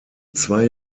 zwei